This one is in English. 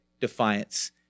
defiance